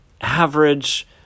average